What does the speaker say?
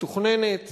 מתוכננת